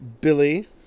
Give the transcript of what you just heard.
Billy